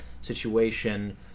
situation